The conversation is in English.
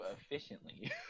efficiently